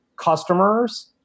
customers